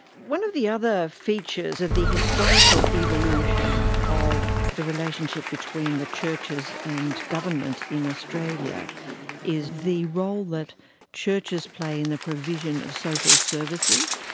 one of the other features of the historical evolution of the relationship between the churches and government in australia is the role that churches play in the provision of social services.